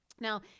Now